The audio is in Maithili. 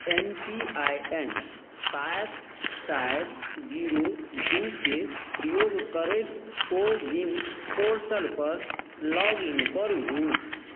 एम पी आइ एन सात चारि जीरो दुइके प्रयोग करैत कोविन पोर्टलपर लॉगइन करू